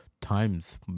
times